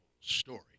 story